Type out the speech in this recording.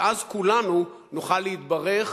ואז כולנו נוכל להתברך